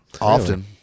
Often